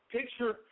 Picture